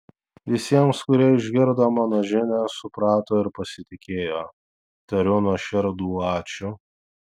visiems kurie išgirdo mano žinią suprato ir pasitikėjo tariu nuoširdų ačiū